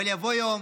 אבל יבוא יום